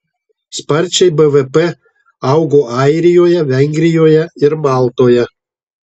sparčiai bvp augo airijoje vengrijoje ir maltoje